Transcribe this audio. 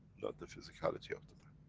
not the physicality of the man.